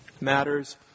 matters